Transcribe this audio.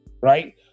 Right